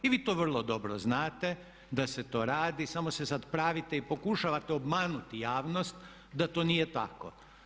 I vi to vrlo dobro znate da se to radi, samo se sad pravite i pokušavate obmanuti javnost da to nije tako.